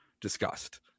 discussed